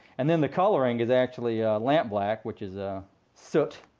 and then the coloring is actually lampblack, which is ah soot.